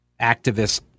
activist